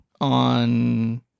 on